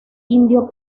indio